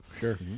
sure